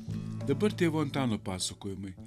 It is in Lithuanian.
dabar tėvo antano pasakojimai